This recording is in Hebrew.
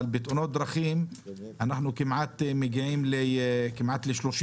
אבל בתאונות דרכים אנחנו כמעט מגיעים ל-30%.